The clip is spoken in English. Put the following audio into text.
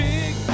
Big